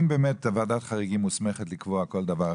אם באמת ועדת החריגים מוסמכת לקבוע כל דבר,